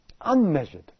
unmeasured